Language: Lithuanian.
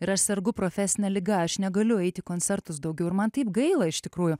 ir aš sergu profesine liga aš negaliu eiti į koncertus daugiau ir man taip gaila iš tikrųjų